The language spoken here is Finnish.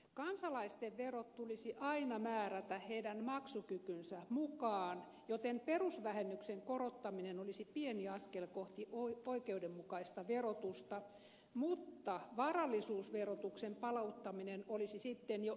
kansalaisten verot tulisi aina määrätä heidän maksukykynsä mukaan joten perusvähennyksen korottaminen olisi pieni askel kohti oikeudenmukaista verotusta mutta varallisuusverotuksen palauttaminen olisi sitten jo isompi askel